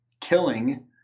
killing